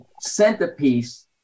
centerpiece